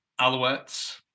Alouettes